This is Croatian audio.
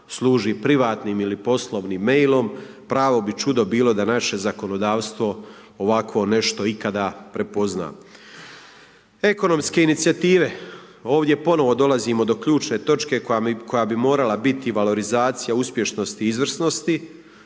služi privatnim ili poslovnim mailom, pravo bi čudo bilo da naše zakonodavstvo ovakvo nešto ikada prepozna. Ekonomske inicijative. Ovdje ponovo dolazimo do ključne točke koja bi morala biti valorizacija uspješnosti izvrsnosti.